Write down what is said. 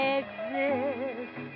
exist